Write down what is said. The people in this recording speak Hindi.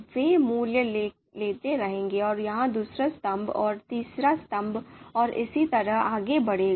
वे मूल्य लेते रहेंगे और यह दूसरा स्तंभ और तीसरा स्तंभ और इसी तरह आगे बढ़ेगा